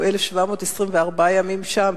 הוא 1,724 ימים שם,